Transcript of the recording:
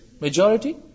Majority